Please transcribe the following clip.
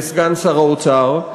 סגן שר האוצר,